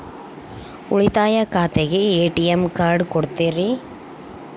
ಉಳಿತಾಯ ಖಾತೆಗೆ ATM card ಕೊಡ್ತೇರಿ?